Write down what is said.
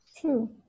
true